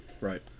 Right